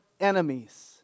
enemies